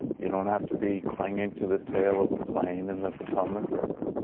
you don't have to be clinging to the tail of a plane in the potomac river,